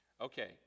Okay